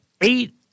eight